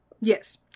Yes